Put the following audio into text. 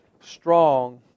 strong